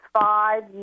five